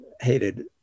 hated